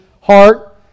heart